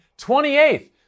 28th